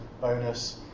bonus